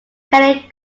kelly